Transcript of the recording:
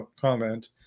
comment